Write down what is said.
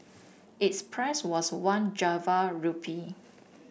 its price was one Java rupee